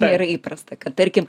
nėra įprasta kad tarkim